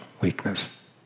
weakness